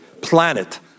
planet